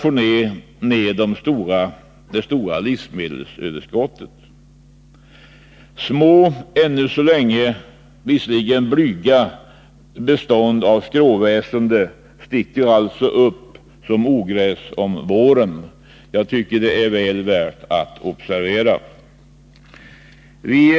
Avsikten var att få ned det stora livsmedelsöverskottet. Små, ännu så länge visserligen blygsamma, bestånd av skråväsende sticker alltså upp som ogräs under våren. Jag tycker att det är väl värt att observera detta.